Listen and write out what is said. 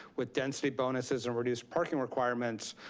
with density bonuses and reduced parking requirements,